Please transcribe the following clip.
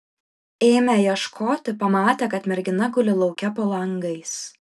ėmę ieškoti pamatę kad mergina guli lauke po langais